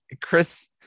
Chris